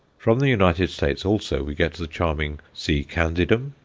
from the united states also we get the charming c. candidum,